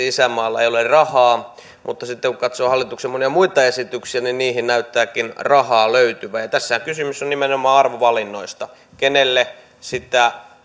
isänmaalla ei ole rahaa mutta sitten kun katsoo hallituksen monia muita esityksiä niin niihin näyttääkin rahaa löytyvän ja tässähän kysymys on nimenomaan arvovalinnoista kenelle sitä